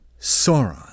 Sauron